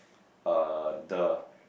uh the